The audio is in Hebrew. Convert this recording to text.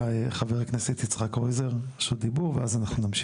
בבקשה, רשות הדיבור היא שלך ואחרי זה אנחנו נמשיך.